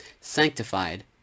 sanctified